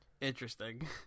Interesting